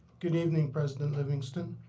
good evening, president livingston,